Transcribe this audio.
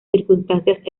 circunstancias